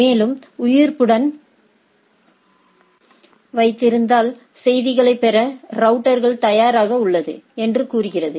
மேலும் உயிர்ப்புடன் வைத்திருந்தால் செய்திகளைப் பெற ரவுட்டர்கள் தயாராக உள்ளது என்று கூறுகிறது